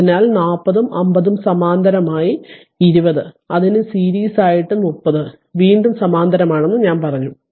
അതിനാൽ 40 ഉം 50 ഉം സമാന്തരമായി 20 അതിനു സീരീസ് ആയിട്ടും 30 വീണ്ടും സമാന്തരമാണെന്നും ഞാൻ പറഞ്ഞു